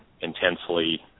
intensely